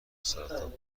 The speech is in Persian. سرتاسربدن